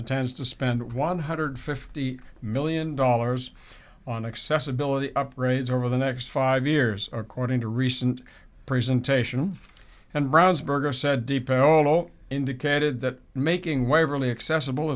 intends to spend one hundred fifty million dollars on accessibility upgrades over the next five years according to recent presentation and brown's burger said depot also indicated that making waverley accessible